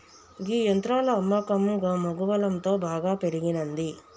గీ యంత్రాల అమ్మకం గమగువలంతో బాగా పెరిగినంది